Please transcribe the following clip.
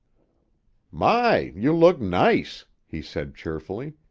my, you look nice! he said cheerfully.